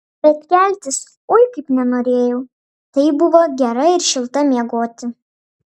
bet keltis oi kaip nenorėjau taip buvo gera ir šilta miegoti